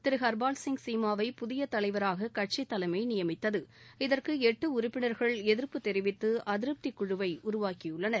திரு ஹர்பால்சிங் சீமாவை புதிய தலைவராக கட்சி தலைமையை நிமித்தது இதற்கு எட்டு உறுப்பினர்கள் எதிர்ப்பு தெரிவித்து அதிருப்தி குழுவை உருவாக்கியுள்ளனர்